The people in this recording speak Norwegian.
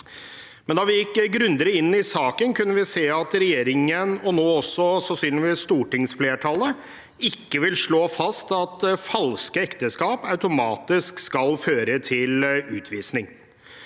da vi gikk grundigere inn i saken, kunne vi se at regjeringen, og nå sannsynligvis også stortingsflertallet, ikke vil slå fast at falske ekteskap automatisk skal føre til utvisning.